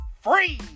free